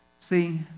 See